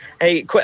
hey